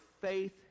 faith